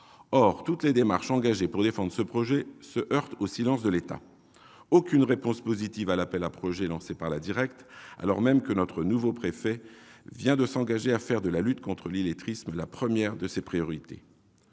Or toutes les démarches engagées pour défendre ce projet se heurtent au silence de l'État. Aucune réponse positive n'a été donnée à l'appel à projets lancé par la Direccte, alors même que notre nouveau préfet vient de s'engager à faire de la lutte contre l'illettrisme la première de ses priorités.